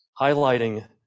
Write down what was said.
highlighting